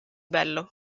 bello